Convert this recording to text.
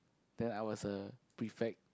then I was a prefect